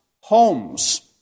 homes